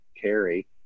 carry